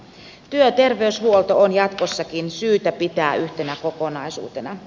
työterveyshuolto on jatkossakin syytä pitää yhtenä kokonaisuutena